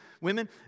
women